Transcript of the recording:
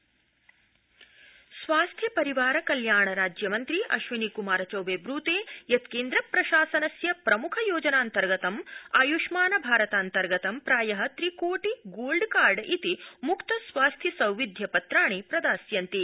स्वास्थ्यपत्रम् स्वास्थ्य परिवार कल्याण राज्यमन्त्री अश्विनी कुमार चौबे ब्रूते यत् केन्द्रप्रशासनस्य प्रमुख योजनान्तर्गत आयुष्मान भारतान्तर्गतं प्राय त्रि कोटि गोल्ड कार्ड इति मुक्त स्वास्थ्य सौविध्य पत्राणि प्रदास्यन्ते